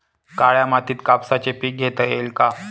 काळ्या मातीत कापसाचे पीक घेता येईल का?